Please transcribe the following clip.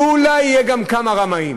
ואולי יהיו גם כמה רמאים,